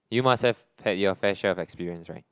you must have had your fair share of experience right